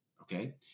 Okay